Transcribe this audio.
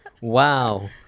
Wow